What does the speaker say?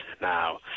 Now